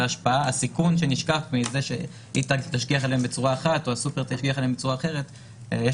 והסיכון שנשקף מזה שהיא תשגיח עליהם בצורה אחת או